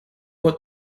what